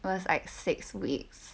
was like six weeks